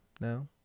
now